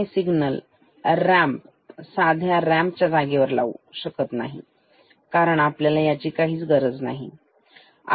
आपण हे signal ramp साध्या रॅम्प च्या जागेवर लावू शकत नाही कारण आपल्याला ह्याची काय गरज आहे